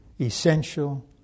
essential